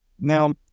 Now